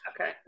Okay